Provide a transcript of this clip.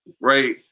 right